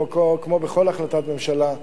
כמו בכל החלטת ממשלה,